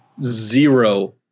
zero